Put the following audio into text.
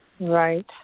right